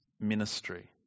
ministry